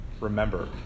remember